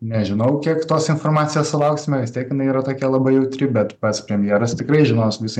nežinau kiek tos informacijos sulauksime vis tiek jinai yra tokia labai jautri bet pats premjeras tikrai žinos visą